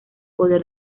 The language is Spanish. poder